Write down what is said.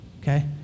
Okay